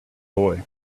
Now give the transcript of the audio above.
boy